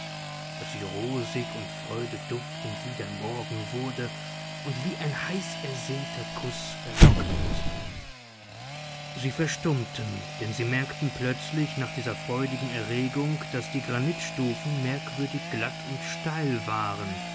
daß sie rosig und freudeduftend wie der morgen wurde und wie ein heißersehrter kuß verlockend sie verstummten denn sie merkten plötzlich nach dieser freudigen erregung daß die granitstufen merkwürdig glatt und steil waren